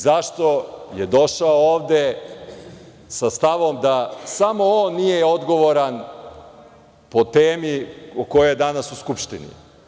Zašto je došao ovde sa stavom da samo on nije odgovoran po temi po kojoj je danas u Skupštini?